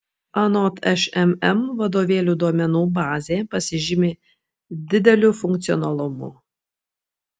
anot šmm vadovėlių duomenų bazė pasižymi dideliu funkcionalumu